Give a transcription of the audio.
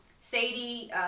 Sadie